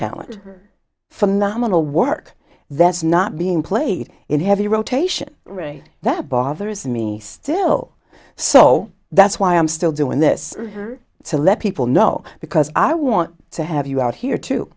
talent phenomenal work that's not being played in heavy rotation right that bothers me still so that's why i'm still doing this to let people know because i want to have you out here too